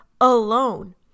alone